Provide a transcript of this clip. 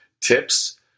tips